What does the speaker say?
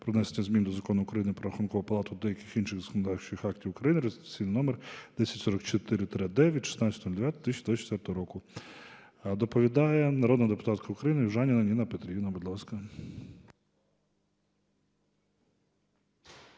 "Про внесення змін до Закону України "Про Рахункову палату" та деяких інших законодавчих актів України" (реєстраційний номер 10044-д від 16.09.2024 року). Доповідає народна депутатка України Южаніна Ніна Петрівна. Будь ласка.